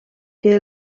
que